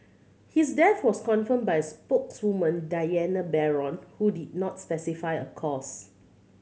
his death was confirmed by a spokeswoman Diana Baron who did not specify a cause